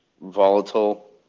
volatile